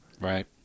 Right